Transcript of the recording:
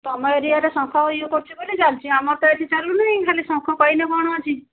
ତମ ଏରିଆରେ ଶଙ୍ଖ ଇଏ କରୁଛି ବୋଲି ଚାଲିଛି ଆମର ତ ଏଠି ଚାଲୁନି ଖାଲି ଶଙ୍ଖ ପାଇଲେ କ'ଣ ଅଛି